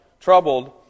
troubled